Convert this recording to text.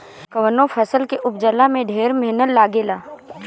कवनो फसल के उपजला में ढेर मेहनत लागेला